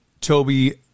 Toby